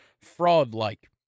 fraud-like